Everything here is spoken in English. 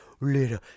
little